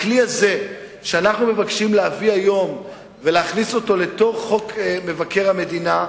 הכלי הזה שאנחנו מבקשים להביא היום ולהכניס אותו לחוק מבקר המדינה,